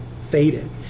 faded